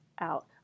out